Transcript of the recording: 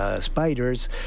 spiders